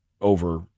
over